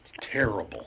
Terrible